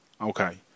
Okay